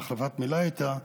ובהחלפת מילה איתה,